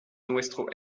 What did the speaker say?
nuestro